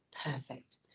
perfect